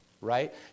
right